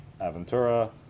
Aventura